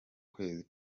kwezi